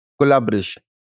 collaboration